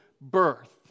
birth